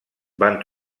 van